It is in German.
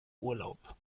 urlaub